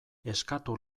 eskatu